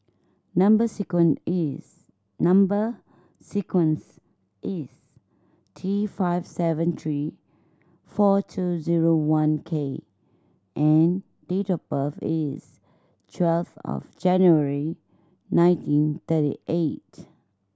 number is number sequence is T five seven three four two zero one K and date of birth is twelve of January nineteen thirty eight